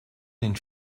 den